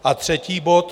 A třetí bod.